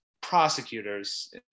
prosecutors